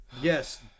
Yes